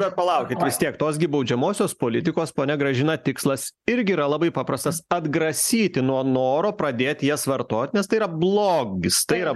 bet palaukit vis tiek tos gi baudžiamosios politikos ponia gražina tikslas irgi yra labai paprastas atgrasyti nuo noro pradėti jas vartot nes tai yra blogis tai yra